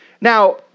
Now